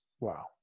Wow